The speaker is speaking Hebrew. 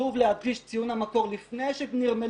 חשוב להדגיש, ציון המקור, לפני שנרמלו,